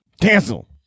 cancel